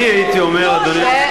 אני הייתי,